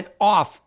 off